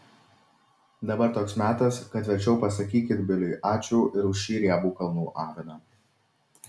dabar toks metas kad verčiau pasakykit biliui ačiū ir už šį riebų kalnų aviną